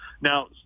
now